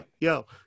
yo